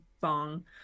bong